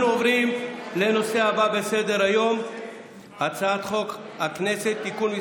אנחנו עוברים לנושא הבא בסדר-היום: הצעת חוק הכנסת (תיקון,